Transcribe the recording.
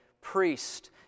priest